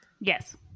yes